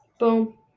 Boom